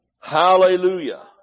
Hallelujah